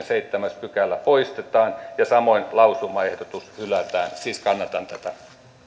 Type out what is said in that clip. seitsemäs pykälä poistetaan ja samoin lausumaehdotus hylätään siis kannatan tätä